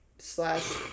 Slash